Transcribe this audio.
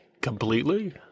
completely